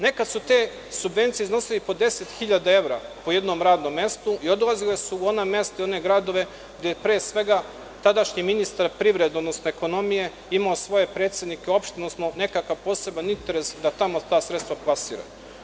Nekada su te subvencije iznosile po 10.000 evra po jednom radnom mestu i odlazile su u ona mesta i gradove gde je tadašnji ministar privrede, odnosno ekonomije imao svoje predsednike opština, odnosno nekakav posebni interes da tamo ta sredstva plasira.